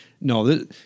no